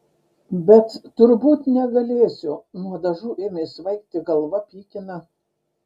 bet turbūt negalėsiu nuo dažų ėmė svaigti galva pykina